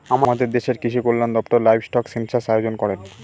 আমাদের দেশের কৃষিকল্যান দপ্তর লাইভস্টক সেনসাস আয়োজন করেন